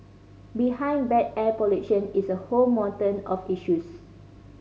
behind bad air pollution is a whole mountain of issues